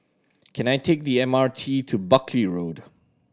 can I take the M R T to Buckley Road